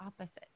opposite